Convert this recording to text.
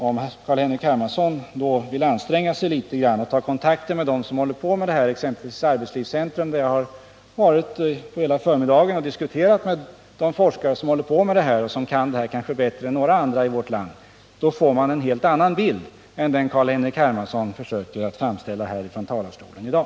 Om Carl-Henrik Hermansson vill anstränga sig litet och ta kontakt med dem som håller på med detta, exempelvis arbetslivscentrum — där jag har varit hela förmiddagen och diskuterat med de forskare som arbetar med detta och som kan detta kanske bättre än några andra i vårt land — får han en helt annan bild än den han försöker framställa här ifrån talarstolen i dag.